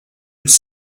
would